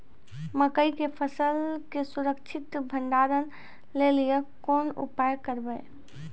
मकई के फसल के सुरक्षित भंडारण लेली कोंन उपाय करबै?